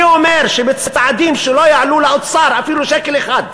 אני אומר שבצעדים שלא יעלו לאוצר אפילו שקל אחד,